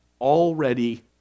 already